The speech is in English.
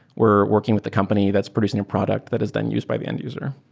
we're working with the company that's producing a product that is then used by the end-user.